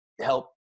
help